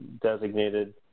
designated